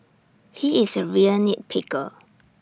he is A real nit picker